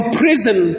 prison